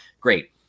great